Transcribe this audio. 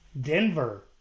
Denver